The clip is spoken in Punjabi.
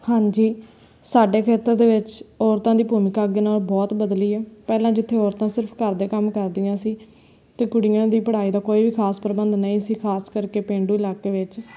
ਹਾਂਜੀ ਸਾਡੇ ਖੇਤਰ ਦੇ ਵਿੱਚ ਔਰਤਾਂ ਦੀ ਭੂਮਿਕਾ ਅੱਗੇ ਨਾਲ ਬਹੁਤ ਬਦਲੀ ਆ ਪਹਿਲਾਂ ਜਿੱਥੇ ਔਰਤਾਂ ਸਿਰਫ ਘਰ ਦੇ ਕੰਮ ਕਰਦੀਆਂ ਸੀ ਅਤੇ ਕੁੜੀਆਂ ਦੀ ਪੜ੍ਹਾਈ ਦਾ ਕੋਈ ਵੀ ਖਾਸ ਪ੍ਰਬੰਧ ਨਹੀਂ ਸੀ ਖਾਸ ਕਰਕੇ ਪੇਂਡੂ ਇਲਾਕੇ ਵਿੱਚ